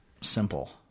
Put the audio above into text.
simple